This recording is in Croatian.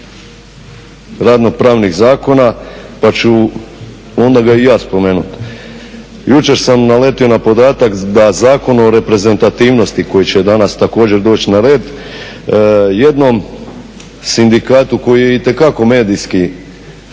radno pravnih zakona, pa ću onda ga i ja spomenuti. Jučer sam naletio na podatak da Zakon o reprezentativnosti koji će danas također doći na red jednom sindikatu koji je itekako medijski